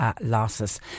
losses